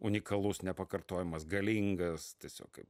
unikalus nepakartojamas galingas tiesiog kaip